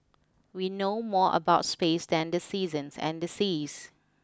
we know more about space than the seasons and the seas